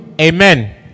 amen